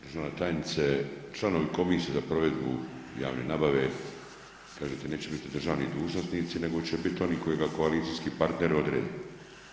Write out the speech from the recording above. Državna tajnice, članovi komisije za provedbu javne nabave kažete neće bit državni dužnosnici nego će bit oni kojega koalicijski partneri odrede.